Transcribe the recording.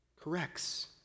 corrects